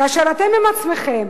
כאשר אתם עם עצמכם